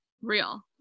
real